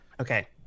Okay